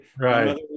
Right